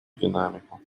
динамику